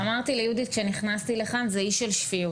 אמרתי ליהודית כשנכנסתי לכאן: זה אי של שפיות.